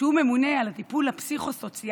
שהוא ממונה על הטיפול הפסיכו-סוציאלי